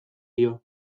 dio